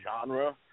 genre